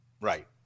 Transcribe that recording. Right